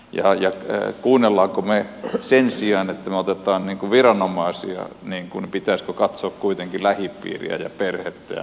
idea ja kuunnella kun me sen sijaan että me kuuntelemme viranomaisia pitäisikö katsoa kuitenkin lähipiiriä ja perhettä ja muuta